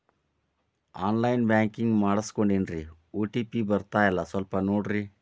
on line banking ಮಾಡಿಸ್ಕೊಂಡೇನ್ರಿ OTP ಬರ್ತಾಯಿಲ್ಲ ಸ್ವಲ್ಪ ನೋಡ್ರಿ